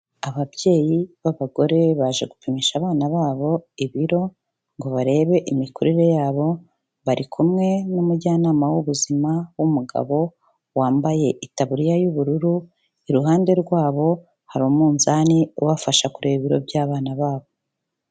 Ababyeyi b'abagore baje gupimisha abana babo ibiro ngo barebe imikurire yabo, bari kumwe n'umujyanama w'ubuzima w'umugabo wambaye itaburiya y'ubururu, iruhande rwabo hari umunzani ubafasha kureba ibiro by'abana babo.